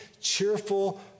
cheerful